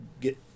get